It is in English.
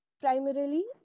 primarily